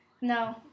No